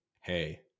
Hey